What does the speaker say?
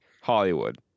Hollywood